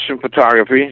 photography